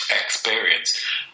experience